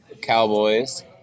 Cowboys